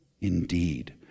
indeed